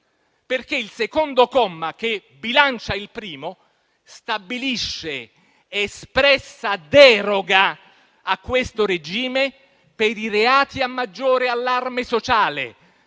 perché il secondo comma, che bilancia il primo, stabilisce espressa deroga a questo regime per i reati di maggiore allarme sociale,